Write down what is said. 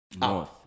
north